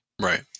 right